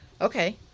okay